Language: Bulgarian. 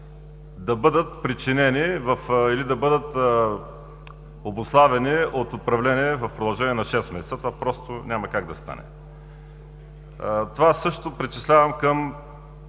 да бъдат причинени или да бъдат обуславяни от управление в продължение на шест месеца. Това просто няма как да стане! Това също причислявам към